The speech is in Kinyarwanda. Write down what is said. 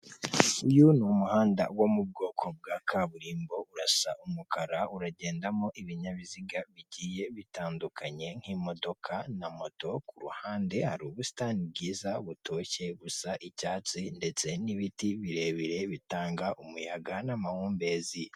Uyu ni umuhanda wo mu bwoko bwa kaburimbo urasa umukara uragendamo ibinyabiziga bigiye bitandukanye, nk'imodoka na moto kuruhande hari ubusitani bwiza butoshye gusa icyatsi ndetse n'ibiti birebire bitanga umuyaga n'amahumbezi.